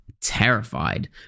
Terrified